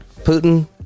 Putin